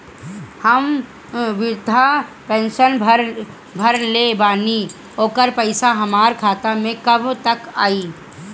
हम विर्धा पैंसैन भरले बानी ओकर पईसा हमार खाता मे कब तक आई?